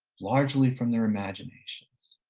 largely from their imaginations.